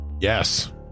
Yes